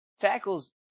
Tackles